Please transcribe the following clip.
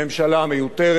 ולכן נתנגד לה.